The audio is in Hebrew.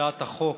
הצעת החוק